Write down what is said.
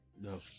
No